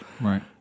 Right